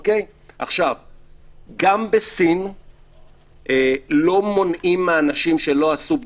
גם בסין לא מונעים מאנשים שלא עשו בדיקה,